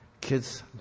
kids